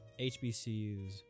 HBCUs